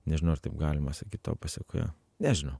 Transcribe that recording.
nežinau ar taip galima sakyt to pasekoje nežinau